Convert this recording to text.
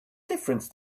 difference